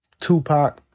Tupac